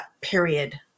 period